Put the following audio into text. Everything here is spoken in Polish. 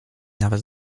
nawet